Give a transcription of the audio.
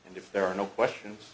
and if there are no questions